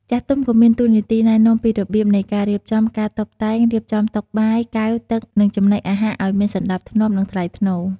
ចាស់ទុំក៏មានតួនាទី ណែនាំពីរបៀបនៃការរៀបចំ ការតុបតែង រៀបចំតុបាយ កែវ ទឹក និងចំណីអាហារឲ្យមានសណ្ដាប់ធ្នាប់ និងថ្លៃថ្នូរ។